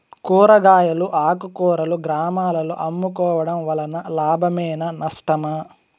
కూరగాయలు ఆకుకూరలు గ్రామాలలో అమ్ముకోవడం వలన లాభమేనా నష్టమా?